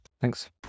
Thanks